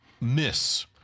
miss